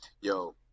Yo